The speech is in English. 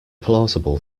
plausible